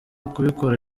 kubikora